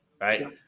Right